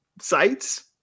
sites